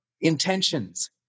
intentions